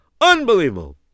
Unbelievable